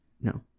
No